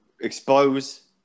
expose